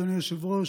אדוני היושב-ראש,